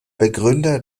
begründer